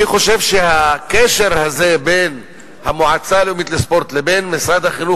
אני חושב שהקשר הזה בין המועצה הלאומית לספורט לבין משרד החינוך